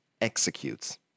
executes